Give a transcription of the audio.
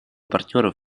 партнеров